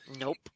Nope